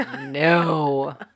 no